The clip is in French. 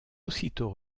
aussitôt